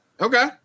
Okay